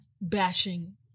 bashing